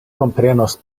komprenos